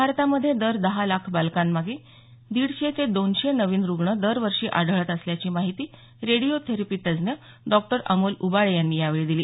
भारतामध्ये दर दहा लाख बालकांमागे दीडशे ते दोनशे नवीन रुग्ण दरवर्षी आढळत असल्याची माहिती रेडिओथेरपी तज्ज्ञ डॉ अमोल उबाळे यांनी यावेळी दिली